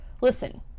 Listen